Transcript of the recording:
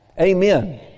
Amen